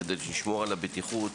כדי לשמור על הבטיחות